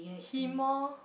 him orh